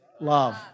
love